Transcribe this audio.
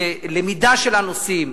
בלמידה של הנושאים,